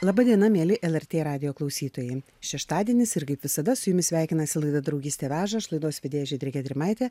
laba diena mieli lrt radijo klausytojai šeštadienis ir kaip visada su jumis sveikinasi laida draugystė veža aš laidos vedėja žydrė gedrimaitė